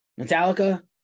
Metallica